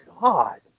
God